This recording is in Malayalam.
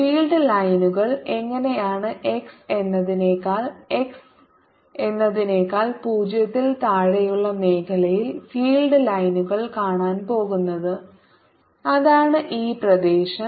ഫീൽഡ് ലൈനുകൾ എങ്ങനെയാണ് x എന്നതിനേക്കാൾ x എന്നതിനേക്കാൾ 0 ൽ താഴെയുള്ള മേഖലയിൽ ഫീൽഡ് ലൈനുകൾ കാണാൻ പോകുന്നത് അതാണ് ഈ പ്രദേശം